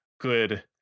good